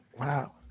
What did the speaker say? Wow